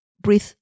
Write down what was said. breathe